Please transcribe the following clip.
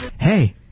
hey